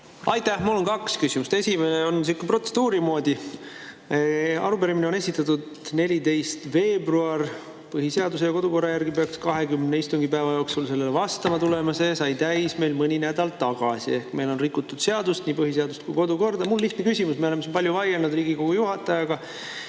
Aitäh! Mul on kaks küsimust. Esimene on sihuke protseduurilise moodi. Arupärimine on esitatud 14. veebruaril. Põhiseaduse ja kodukorra järgi peaks 20 istungipäeva jooksul sellele vastama tulema. See aeg sai täis meil mõni nädal tagasi. Ehk meil on rikutud seadust – nii põhiseadust kui ka kodukorda. Mul on lihtne küsimus. Me oleme siin palju vaielnud Riigikogu juhatajaga,